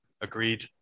Agreed